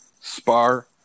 spar